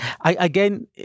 Again